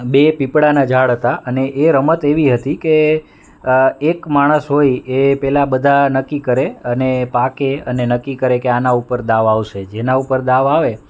બે પીપળાના ઝાડ હતા અને એ રમત એવી હતી કે એક માણસ હોય એ પેલા બધા નક્કી કરે અને પાકે અને નક્કી કરે આના ઉપર દાવ આવશે જેના ઉપર દાવ આવે